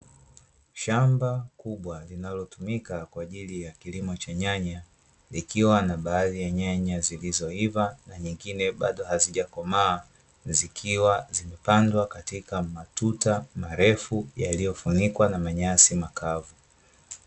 Shamba kubwa linalotumika kwa ajili ya kilimo cha nyanya, likiwa na baadhi ya nyanya, zilizo iva na nyingine bado hazija komaa zikiwa zimepandwa katika matuta marefu yaliyofunikwa na manyasi makavu.